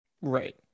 right